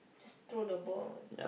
just throw the ball